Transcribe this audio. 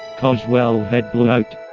cause wellhead blowout